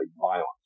violence